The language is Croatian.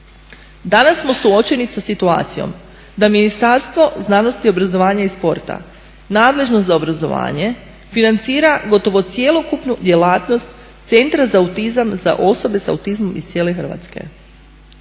Danas smo suočeni sa situacijom da Ministarstvo znanosti, obrazovanja i sporta nadležno za obrazovanje financira gotovo cjelokupnu djelatnost Centra za autizam za osobe s autizmom iz cijele Hrvatske.